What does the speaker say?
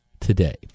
today